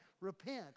repent